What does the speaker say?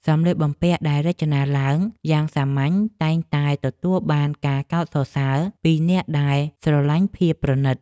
សម្លៀកបំពាក់ដែលរចនាឡើងយ៉ាងសាមញ្ញតែងតែទទួលបានការកោតសរសើរពីអ្នកដែលស្រឡាញ់ភាពប្រណីត។